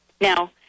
Now